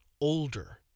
older